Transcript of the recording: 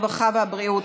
הרווחה והבריאות.